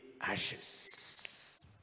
ashes